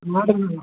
Moderna